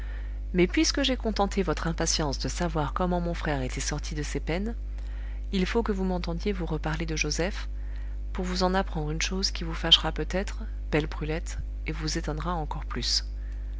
mais puisque j'ai contenté votre impatience de savoir comment mon frère était sorti de ses peines il faut que vous m'entendiez vous reparler de joseph pour vous en apprendre une chose qui vous fâchera peut-être belle brulette et vous étonnera encore plus